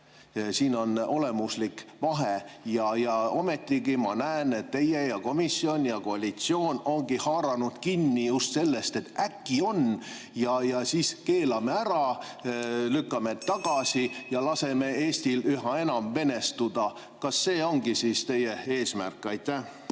Siin on olemuslik vahe. Ja ometigi ma näen, et teie ja komisjon ja koalitsioon ongi haaranud kinni just sellest, et äkki on ja siis keelame ära, lükkame tagasi ja laseme Eestil üha enam venestuda. Kas see ongi teie eesmärk? Aitäh!